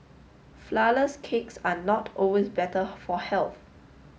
Flourless cakes are not always better for health